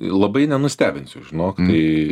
labai nenustebinsiu žinok tai